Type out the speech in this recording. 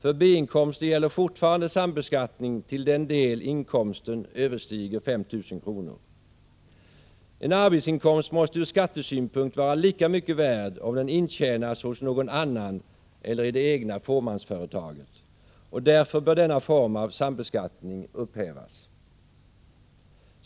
För B-inkomster gäller fortfarande sambeskattning till den del inkomsten överstiger 5 000 kr. En arbetsinkomst måste ur skattesynpunkt vara lika mycket värd vare sig den intjänas hos någon annan eller i det egna fåmansföretaget. Därför bör denna form av sambeskattning upphävas.